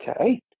Okay